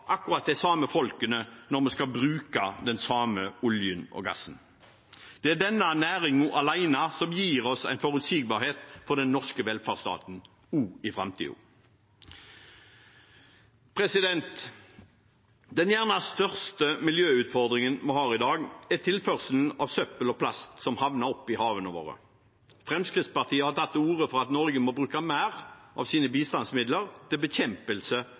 når vi skal bruke den samme oljen og gassen? Det er denne næringen alene som gir oss forutsigbarhet for den norske velferdsstaten også i framtiden. Den største miljøutfordringen vi har i dag, er nok tilførselen av søppel og plast som havner i havene våre. Fremskrittspartiet har tatt til orde for at Norge må bruke mer av sine bistandsmidler til bekjempelse